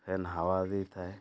fan ହାୱା ଦେଇଥାଏ